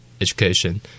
education